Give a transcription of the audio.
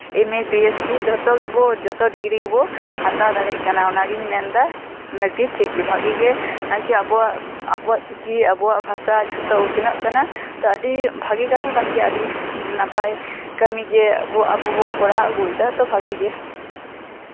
M A P H D ᱡᱷᱚᱛᱚ ᱜᱮᱵᱚ ᱡᱷᱚᱛᱚ ᱰᱤᱜᱽᱨᱤ ᱜᱮᱵᱚ ᱦᱟᱛᱟᱣ ᱫᱟᱲᱮᱭᱟᱜ ᱠᱟᱱᱟ ᱚᱱᱟᱤᱧ ᱢᱮᱱ ᱮᱫᱟ ᱱᱟᱠᱤ ᱴᱷᱤᱠ ᱜᱮ ᱵᱷᱟᱜᱤ ᱜᱮ ᱟᱨᱠᱤ ᱟᱵᱚᱣᱟᱜ ᱟᱵᱚᱣᱟᱜ ᱪᱤᱠᱤ ᱟᱵᱚᱣᱟᱜ ᱵᱷᱟᱥᱟ ᱡᱚᱛᱚ ᱩᱛᱱᱟᱹᱜ ᱠᱟ ᱛᱳ ᱟᱹᱰᱤ ᱵᱷᱟᱜᱤ ᱠᱟᱛᱷᱟ ᱠᱟᱱ ᱜᱮᱭᱟ ᱟᱹᱰᱤ ᱱᱟᱯᱟᱭ ᱠᱟᱹᱢᱤᱜᱮ ᱟᱵᱚ ᱟᱵᱚ ᱵᱚ ᱠᱚᱨᱟᱣ ᱟᱹᱜᱩᱭᱮᱫᱟ ᱛᱚ ᱵᱷᱟᱜᱤ ᱜᱮᱭᱟ